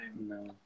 No